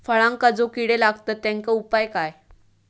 फळांका जो किडे लागतत तेनका उपाय काय?